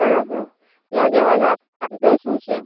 બરાબર ત્યાં જવાનો આપણો ફાયદો શું છે